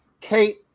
Kate